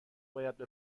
باید